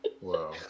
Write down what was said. Wow